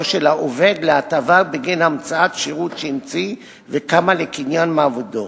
של העובד להטבה בגין אמצאת שירות שהמציא וקמה לקניין מעבידו.